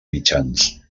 mitjans